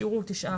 השיעור הוא 9%,